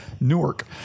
Newark